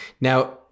Now